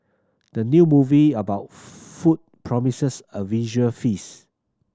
the new movie about food promises a visual feast